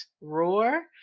Roar